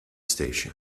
station